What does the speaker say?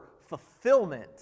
fulfillment